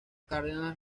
cárdenas